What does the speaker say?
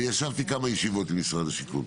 אני ישבתי כמה ישיבות עם משרד השיכון,